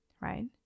right